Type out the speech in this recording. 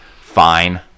fine